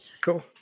Cool